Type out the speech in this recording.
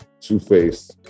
Two-Face